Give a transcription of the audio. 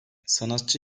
sanatçı